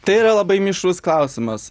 tai yra labai mišrus klausimas